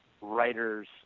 writers